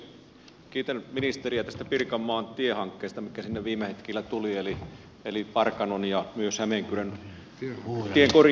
kiitän ministeriä tästä pirkanmaan tiehankkeesta mikä sinne viime hetkillä tuli eli parkanon ja myös hämeenkyrön tien korjauksista